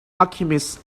alchemist